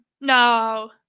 No